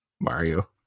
Mario